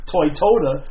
Toyota